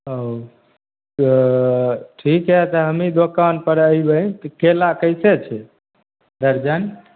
ओऽ तऽ ठीक हइ तऽ हमहिँ दोकान पर अयबै तऽ कयला कैसे छै दर्जन